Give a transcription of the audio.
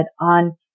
on